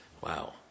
Wow